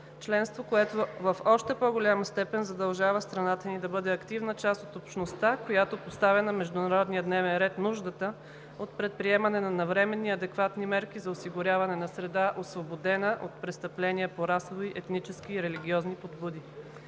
Членство, което в още по-голяма степен задължава страната ни да бъде активна част от общността, която поставя на международния дневен ред нуждата от предприемане на навременни, адекватни мерки за осигуряване на среда, освободена от престъпления по расови, етнически и религиозни подбуди.